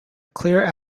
claire